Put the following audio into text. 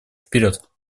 вперед